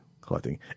collecting